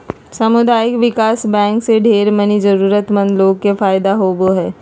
सामुदायिक विकास बैंक से ढेर मनी जरूरतमन्द लोग के फायदा होवो हय